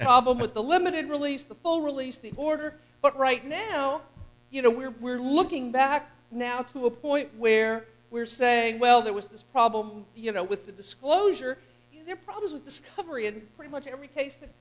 problem with the limited release the full release the order but right now you know we're we're looking back now to a point where we're saying well there was this problem you know with the disclosure there are problems with discovery and pretty much every case